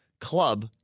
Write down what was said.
club